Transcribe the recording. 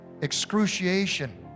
excruciation